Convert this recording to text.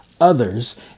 others